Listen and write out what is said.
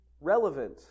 relevant